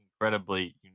incredibly